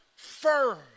Firm